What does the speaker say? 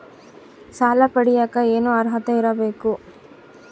ಸಾಲ ಪಡಿಯಕ ಏನು ಅರ್ಹತೆ ಇರಬೇಕು?